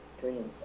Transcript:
dreams